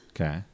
okay